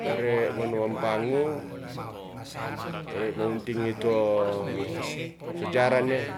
Ore manuang pangu ore mawuntingi to sejarahne